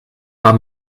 war